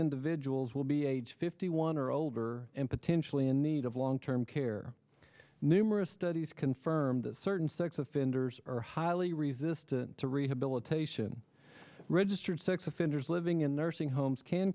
individuals will be age fifty one or older and potentially in need of long term care numerous studies confirm that certain sex offenders are highly resistant to rehabilitation registered sex offenders living in the nursing homes can